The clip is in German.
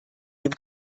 dem